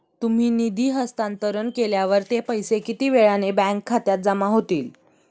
तुम्ही निधी हस्तांतरण केल्यावर ते पैसे किती वेळाने बँक खात्यात जमा होतील?